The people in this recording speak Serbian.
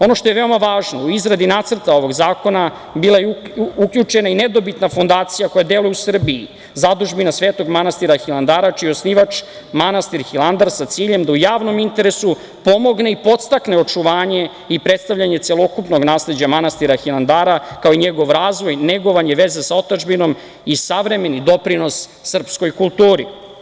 Ono što je veoma važno u izradi nacrta ovog zakona bila je uključena i nedobitna fondacija koja deluje u Srbiji, zadužbina Svetog manastira Hilandara čiji je osnivač manastir Hilandar sa ciljem da u javnom interesu pomogne i podstakne očuvanje i predstavljanje celokupnog nasleđa manastira Hilandara, kao i njegov razvoj, negovanje, veze sa otadžbinom i savremeni doprinos srpskoj kulturi.